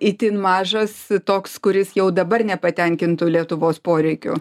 itin mažas toks kuris jau dabar nepatenkintų lietuvos poreikių